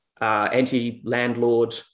Anti-landlord